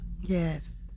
Yes